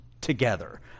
together